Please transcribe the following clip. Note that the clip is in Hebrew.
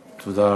תודה רבה.